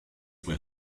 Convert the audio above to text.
were